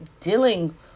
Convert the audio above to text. dealing